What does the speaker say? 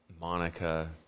Monica